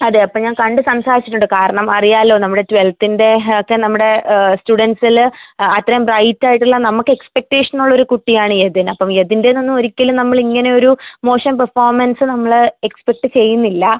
അതെ അപ്പം ഞാൻ കണ്ട് സംസാരിച്ചിട്ടുണ്ട് കാരണം അറിയാല്ലൊ നമ്മുടെ ട്വൽവ്ത്തിന്റെ ഒക്കെ നമ്മുടെ സ്റ്റുഡൻറ്റ്സിൽ അത്രയും ബ്രൈറ്റായിട്ടുള്ള നമക്കെക്സ്പെക്റ്റേഷനുള്ളൊരു കുട്ടിയാണ് യതിൻ അപ്പം യതിൻറ്റേന്നൊന്നും ഒരിക്കലും നമ്മളിങ്ങനൊരു മോശം പെർഫോമൻസ്സ് നമ്മൾ എക്സ്പെക്റ്റ് ചെയ്യുന്നില്ല